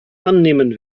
annehmen